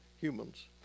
humans